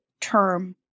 term